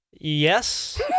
Yes